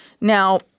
Now—